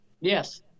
Yes